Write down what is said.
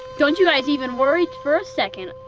don't you guys even worried for a second.